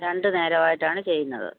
രണ്ട് നേരമായിട്ടാണ് ചെയ്യുന്നത്